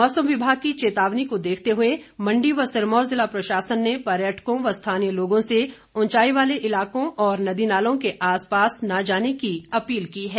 मौसम विभाग की चेतावनी को देखते हुए मंडी व सिरमौर ज़िला प्रशासन ने पर्यटकों व स्थानीय लोगों से ऊंचाई वाले इलाकों और नदी नालों के आसपास न जाने की अपील की है